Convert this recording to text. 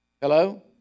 hello